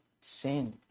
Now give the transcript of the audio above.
sin